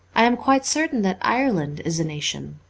i am quite certain that ireland is a nation.